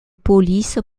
police